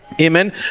Amen